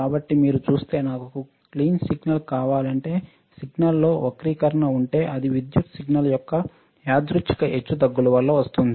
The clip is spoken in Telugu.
కాబట్టి మీరు చూస్తే నాకు క్లీన్ సిగ్నల్ కావాలంటే సిగ్నల్ లో వక్రీకరణ ఉంటే అదీ విద్యుత్ సిగ్నల్ యొక్క యాదృచ్ఛిక హెచ్చుతగ్గుల వల్ల వస్తుంది